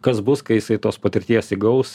kas bus kai jisai tos patirties įgaus